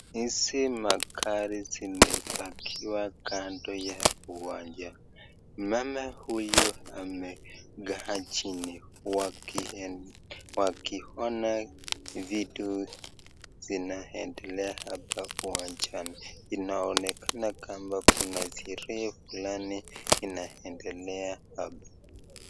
Hizi magari zimepakiwa kando ya uwanja ,mama huyu amekaa chini wakiona vitu zinaedelea hapa uwanjani, inaonekana kama kuna sherehe fulani inaendelea hapa.